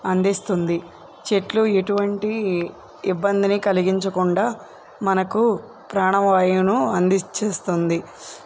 అందిస్తుంది చెట్లు ఎటువంటి ఇబ్బందిని కలిగించకుండా మనకు ప్రాణ వాయును అందిస్తుంది